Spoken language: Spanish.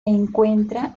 encuentra